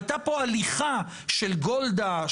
הייתה פה הליכה של גולדה,